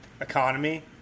economy